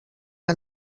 que